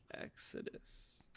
Exodus